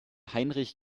heinrich